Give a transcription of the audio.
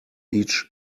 each